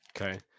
Okay